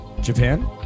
Japan